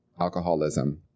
alcoholism